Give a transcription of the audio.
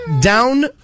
down